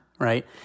right